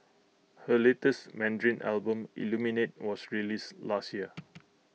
her latest Mandarin Album Illuminate was released last year